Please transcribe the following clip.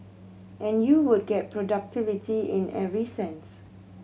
and you would get productivity in every sense